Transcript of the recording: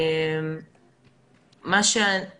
מה שאני